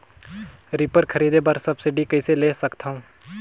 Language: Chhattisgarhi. रीपर खरीदे बर सब्सिडी कइसे ले सकथव?